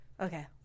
Okay